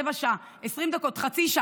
חיכתה עשר דקות, רבע שעה, 20 דקות, חצי שעה.